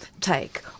take